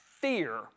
fear